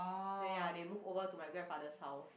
ya ya they move over to my grandfather's house